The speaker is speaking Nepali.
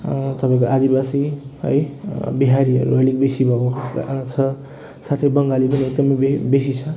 तपाईँको आदिवासी है बिहारीहरू अलिक बेसी भएको आ छ साथै बङ्गाली पनि एकदमै बे बेसी छ